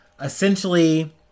Essentially